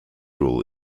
rule